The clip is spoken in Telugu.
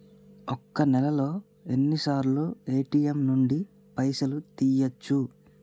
ఒక్క నెలలో ఎన్నిసార్లు ఏ.టి.ఎమ్ నుండి పైసలు తీయచ్చు?